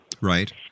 Right